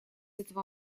этого